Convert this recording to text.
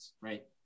right